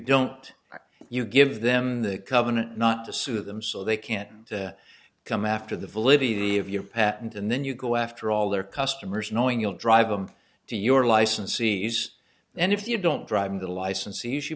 don't you give them the covenant not to sue them so they can't and come after the validity of your patent and then you go after all their customers knowing you'll drive them to your licensees and if you don't drive the licensees you